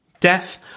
Death